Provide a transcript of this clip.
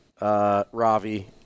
Ravi